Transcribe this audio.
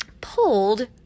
pulled